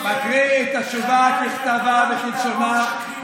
אני מקריא את התשובה ככתבה וכלשונה,